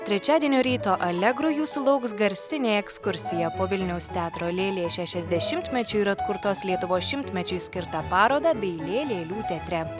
trečiadienio ryto allegro jūsų lauks garsinė ekskursija po vilniaus teatro lėlė šešiasdešimtmečiui ir atkurtos lietuvos šimtmečiui skirtą parodą dailė lėlių teatre